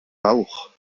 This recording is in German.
rauch